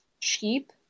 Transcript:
cheap